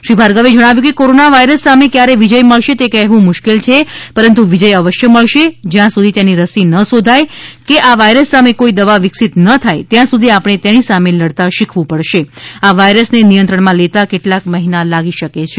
શ્રી ભાર્ગવે જણાવ્યું હતું કે કોરોના વાયરસ સામે ક્યારે વિજય મળશે તે કહેવું મુશ્કેલ છે પરંતુ વિજય અવશ્ય મળશે જ્યાં સુધી તેની રસી ન શોધાય કે આ વાયરસ સામે કોઈ દવા વિકસિત ન થાય ત્યાં સુધી આપણે તેની સામે લડતા શીખવું પડશે આ વાયરસને નિયંત્રણમાં લેતા કેટલાક મહિના લાગી શકે છે